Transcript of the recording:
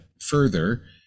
further